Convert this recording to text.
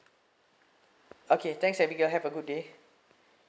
okay thanks abigail have a good day